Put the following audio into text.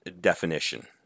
definition